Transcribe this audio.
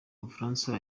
bufaransa